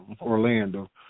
Orlando